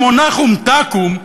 כמו "נחום-תקום",